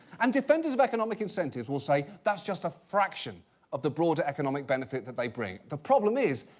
and defenders of economic incentives will say, that's just a fraction of the broader economic benefit that they bring. the problem is,